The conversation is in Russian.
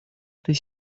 этой